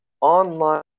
online